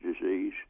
disease